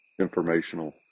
informational